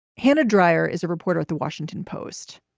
hannah dreier is a reporter with the washington post.